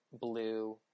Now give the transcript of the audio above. blue